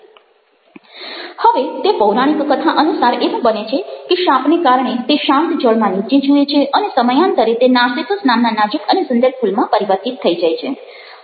Refer Time 3104 હવે તે પૌરાણિક કથા અનુસાર એવું બને છે કે શાપને કારણે તે શાંત જળમાં નીચે જુએ છે અને સમયાંતરે તે નાર્સિસસ નામના નાજૂક અને સુંદર ફુલમાં પરિવર્તિત થઈ જાય છે